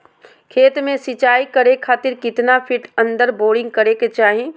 खेत में सिंचाई करे खातिर कितना फिट अंदर बोरिंग करे के चाही?